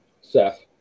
Seth